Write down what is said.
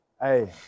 Hey